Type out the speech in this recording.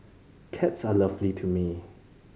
cats are lovely to me